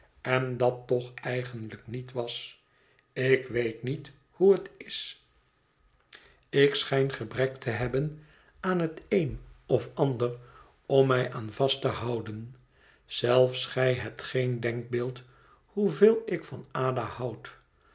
en dat toch eigenlijk niet was ik weet niet hoe het is ik schijn gebrek te hebben aan het een of ander om mij aan vast te houden zelfs gij hebt geen denkbeeld hoeveel ik van ada houd